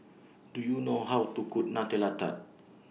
Do YOU know How to Cook Nutella Tart